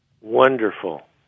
Wonderful